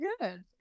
good